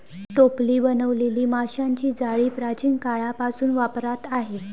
टोपली बनवलेली माशांची जाळी प्राचीन काळापासून वापरात आहे